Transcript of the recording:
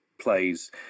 plays